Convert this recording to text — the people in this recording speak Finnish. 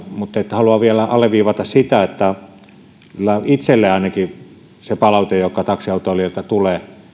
mutta haluan vielä alleviivata sitä että ainakin se palaute joka taksiautoilijoilta itselleni tulee